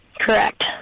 Correct